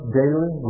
daily